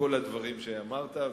בכל הדברים שאמרת.